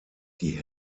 die